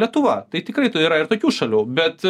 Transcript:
lietuva tai tikrai to yra ir tokių šalių bet